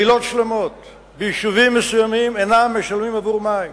קהילות שלמות ויישובים מסוימים אינם משלמים עבור מים,